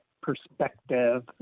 perspective